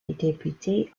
députés